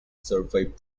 survive